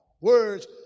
Words